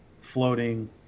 floating